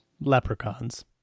Leprechauns